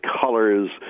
colors